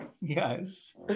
Yes